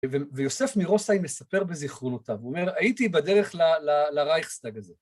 ויוסף מירוסאי מספר בזיכרונותיו, הוא אומר, הייתי בדרך לרייכסטאג הזה.